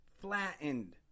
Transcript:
flattened